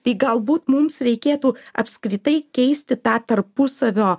tai galbūt mums reikėtų apskritai keisti tą tarpusavio